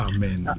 Amen